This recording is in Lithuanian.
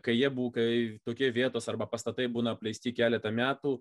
kai jie bu kai tokie vietos arba pastatai būna apleisti keletą metų